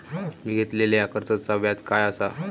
मी घेतलाल्या कर्जाचा व्याज काय आसा?